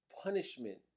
punishment